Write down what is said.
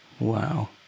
Wow